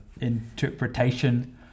interpretation